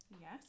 yes